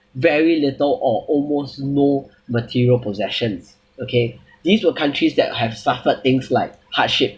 very little or almost no material possessions okay these were countries that have suffered things like hardship